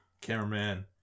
cameraman